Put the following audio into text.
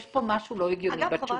יש פה משהו לא הגיוני בתשובה.